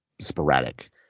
sporadic